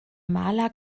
maler